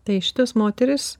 tai šitos moterys